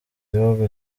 bihugu